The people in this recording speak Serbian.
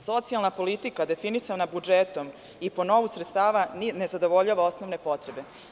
Socijalna politika definisana budžetom i po novom sredstva ne zadovoljavaju osnovne potrebe.